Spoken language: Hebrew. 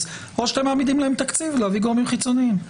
או שאתם מעמידים להם תקציב להביא גורמים חיצוניים.